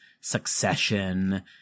Succession